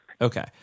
okay